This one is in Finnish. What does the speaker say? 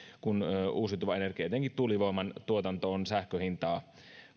kun uusiutuva energia etenkin tuulivoiman tuotanto on sähkön hintaa